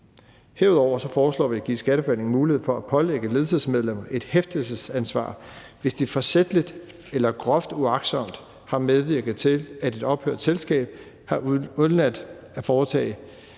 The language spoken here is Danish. Herudover foreslår vi at give Skatteforvaltningen mulighed for at pålægge ledelsesmedlemmer et hæftelsesansvar, hvis de forsætligt eller groft uagtsomt har medvirket til, at et ophørt selskab har undladt at foretage